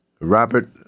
Robert